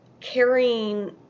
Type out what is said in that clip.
carrying